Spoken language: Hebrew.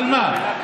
על מה?